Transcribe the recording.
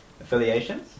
affiliations